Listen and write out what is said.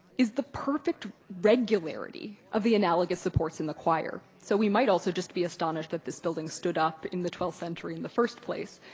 is the perfect regularity of the analogous supports in the choir. so we might also just be astonished that this building stood up in the twelfth century in the first place,